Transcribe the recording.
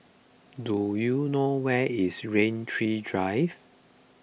do you know where is Rain Tree Drive